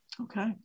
Okay